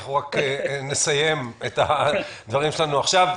אנחנו רק נסיים את הדברים שלנו עכשיו.